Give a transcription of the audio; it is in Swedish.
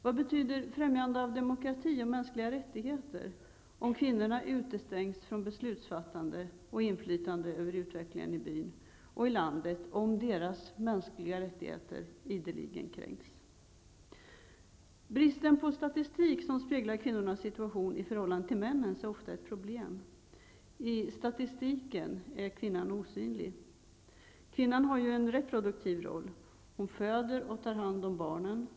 Vad betyder främjande av demokrati och mänskliga rättigher om kvinnorna utestängs från beslutsfattande och inflytande över utvecklingen i byn och i landet och om deras mänskliga rättigheter ideligen kränks? Bristen på statistik som speglar kvinnornas situation i förhållande till männens är ofta ett problem. I statistiken är kvinnan osynlig. Kvinnan har en reproduktiv roll. Hon föder och tar hand om barnen.